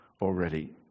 Already